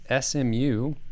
SMU